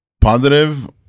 positive